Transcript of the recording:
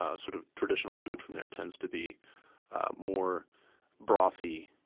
ah sort of traditional food from there tends to be more brothy,